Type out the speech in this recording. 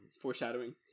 foreshadowing